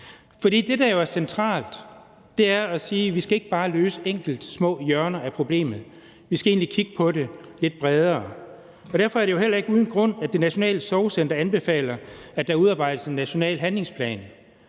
Det, der jo er centralt, er, at vi ikke bare skal løse enkelte små hjørner af problemet; vi skal egentlig kigge på det lidt bredere. Derfor er det jo heller ikke uden grund, at Det Nationale Sorgcenter anbefaler, at der udarbejdes en national handlingsplan,